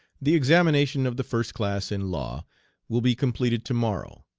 the examination of the first class in law will be completed tomorrow.